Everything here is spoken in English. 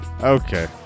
Okay